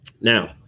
Now